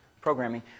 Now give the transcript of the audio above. programming